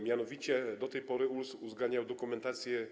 Mianowicie do tej pory ULC uzgadniał dokumentację